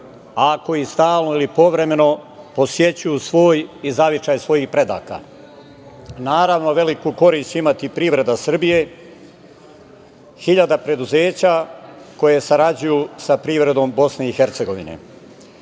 a koji stalno ili povremeno posećuju svoj ili zavičaj svojih predaka. Naravno, veliku korist će imati privreda Srbije, hiljade preduzeća koje sarađuju sa privredom BiH.Od svih